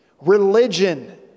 Religion